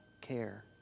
care